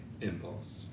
impulse